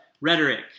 rhetoric